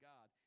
God